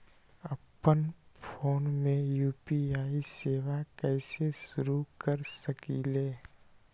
अपना फ़ोन मे यू.पी.आई सेवा कईसे शुरू कर सकीले?